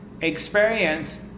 experience